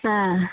ஆ